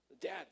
Dad